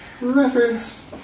Reference